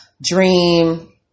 dream